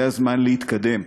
זה הזמן להתקדם,